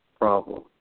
problem